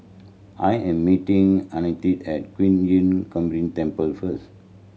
I am meeting Annetta at Qun Yun Temple first